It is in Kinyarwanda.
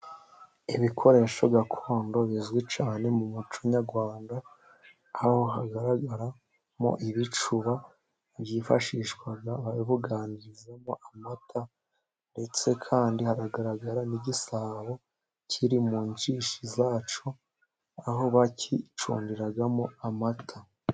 Ibikoresho gakondo bizwi cyane mu muco nyarwanda, aho hagaragaramo ibicuba byifashishwa babuganirizamo amata, ndetse kandi hagaragara n'igisabo kiri mu njishi zacu, aho bakicungiragamo amata.